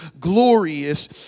glorious